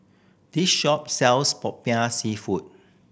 this shop sells Popiah Seafood